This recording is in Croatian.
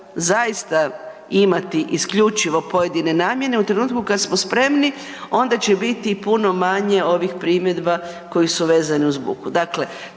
zaista imati isključivo pojedine namjene, u trenutku kad smo spremni onda će biti puno manje ovih primjedba koji su vezani uz buku.